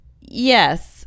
Yes